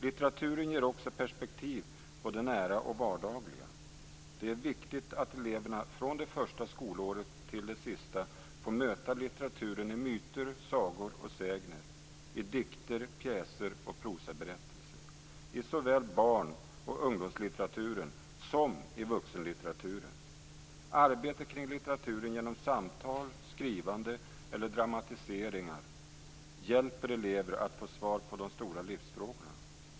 Litteraturen ger också perspektiv på det nära och vardagliga. Det är viktigt att eleverna från det första skolåret till det sista får möta litteraturen i myter, sagor och sägner, i dikter, pjäser och prosaberättelser, i såväl barn och ungdomslitteraturen som i vuxenlitteraturen. Arbetet kring litteraturen genom samtal, skrivande eller dramatisering hjälper elever att få svar på de stora livsfrågorna.